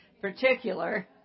particular